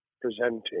presenting